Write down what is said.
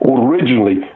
originally